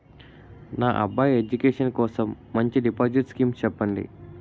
నా అబ్బాయి ఎడ్యుకేషన్ కోసం మంచి డిపాజిట్ స్కీం చెప్పండి